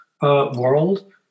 world